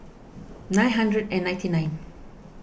nine hundred and ninety nine